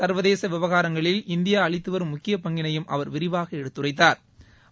சார்வ தேச விவகாரங்களில் இந்தியா அளித்து வரும் முக்கிய பங்கினையம் அவா் விாிவாக எடுத்துரைத்தா ாம்